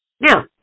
Now